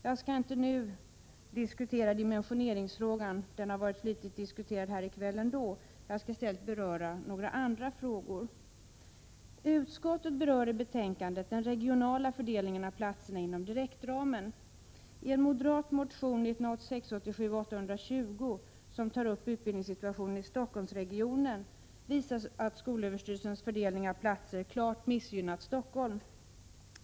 Jag skall inte nu diskutera dimensioneringsfrågan, för den har diskuterats livligt här i kväll ändå. Jag skall beröra några andra frågor. Utskottet behandlar i betänkandet den regionala fördelningen av platserna inom direktramen. I en moderat motion Ub820, som tar upp utbildningssituationen i Stockholmsregionen, visas att skolöverstyrelsens fördelning av platser klart missgynnat Stockholm.